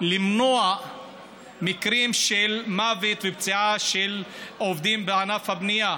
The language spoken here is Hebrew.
למנוע מקרים של מוות ופציעה של עובדים בענף הבנייה,